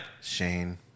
Shane